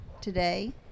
today